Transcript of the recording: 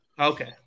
Okay